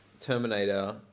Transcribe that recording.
Terminator